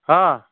ആ